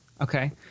Okay